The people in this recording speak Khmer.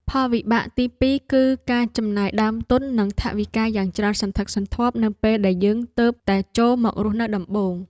ផលវិបាកទីពីរគឺការចំណាយដើមទុននិងថវិកាយ៉ាងច្រើនសន្ធឹកសន្ធាប់នៅពេលដែលយើងទើបតែចូលមករស់នៅដំបូង។